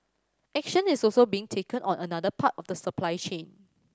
action is also being taken on another part of the supply chain